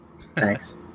Thanks